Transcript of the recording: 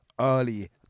early